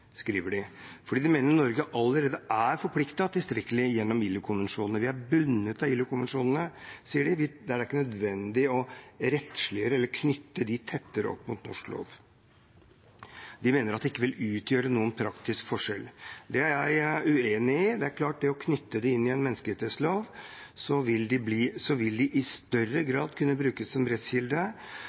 skriver regjeringspartiene Høyre og Fremskrittspartiet at dette ikke er nødvendig, fordi de mener Norge allerede er tilstrekkelig forpliktet gjennom ILO-konvensjonene. Vi er bundet av ILO-konvensjonene, sier de, det er ikke nødvendig å rettsliggjøre eller knytte dem tettere opp mot norsk lov. De mener at det ikke vil utgjøre noen praktisk forskjell. Det er jeg uenig i. Ved å knytte dem inn i en menneskerettslov vil de i større grad kunne brukes som rettskilde.